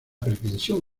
pretensión